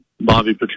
Bobby